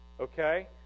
Okay